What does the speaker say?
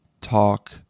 talk